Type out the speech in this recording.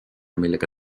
millega